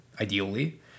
ideally